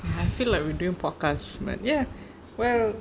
I feel like we doing podcast but ya well